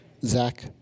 Zach